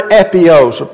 epios